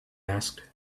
asked